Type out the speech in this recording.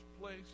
place